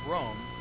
Rome